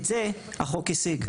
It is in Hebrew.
את זה החוק השיג.